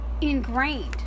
ingrained